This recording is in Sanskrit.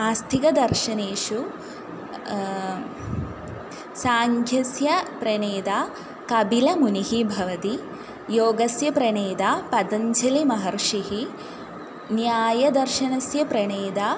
आस्थिकदर्शनेषु साङ्ख्यस्य प्रणेता कपिलमुनिः भवति योगस्य प्रणेता पतञ्जलिमहर्षिः न्यायदर्शनस्य प्रणेता